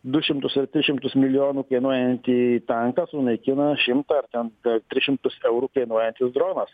du šimtus ar tris šimtus milijonų kainuojantį tanką sunaikina šimtą ar ten tris šimtus eurų kainuojantis dronas